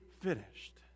finished